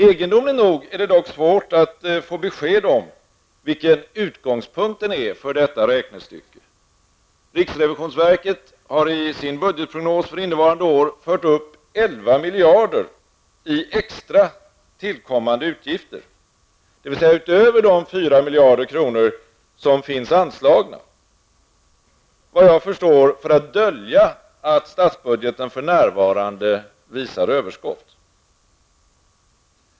Egendomligt nog är det dock svårt att få besked om vilken utgångspunkten är för detta räknestycke. Riksrevisionsverket har i sin budgetprognos för innevarande år fört upp 11 miljarder kronor i extra tillkommande utgifter vad jag förstår -- dvs. utöver de 4 miljarder som finns anslagna -- för att dölja att statsbudgeten för närvarande visar överskott.